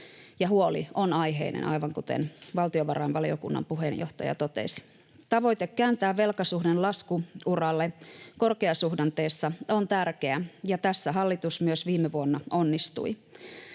huoli on aiheellinen, aivan kuten valtiovarainvaliokunnan puheenjohtaja totesi. Tavoite kääntää velkasuhde lasku-uralle korkeasuhdanteessa on tärkeä, ja tässä hallitus myös viime vuonna onnistui.